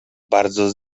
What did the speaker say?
bardzo